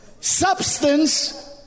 substance